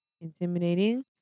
intimidating